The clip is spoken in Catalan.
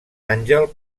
àngel